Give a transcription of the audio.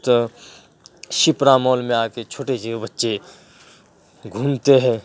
تو شپرا مال میں آ کے چھوٹے جو ہے وہ بچے گھومتے ہیں